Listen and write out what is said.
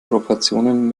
proportionen